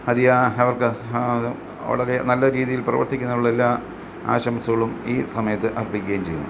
അതിയാ അവർക്ക് വളരെ നല്ല രീതിയിൽ പ്രവർത്തിക്കുന്നതിനുള്ള എല്ലാ ആശംസകളും ഈ സമയത്ത് അർപ്പിക്കുകയും ചെയ്യുന്നു